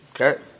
okay